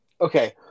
Okay